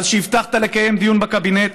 מאז שהבטחת לקיים דיון בקבינט,